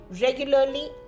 regularly